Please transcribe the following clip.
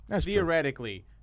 theoretically